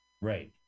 right